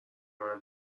منو